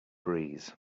breeze